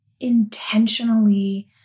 intentionally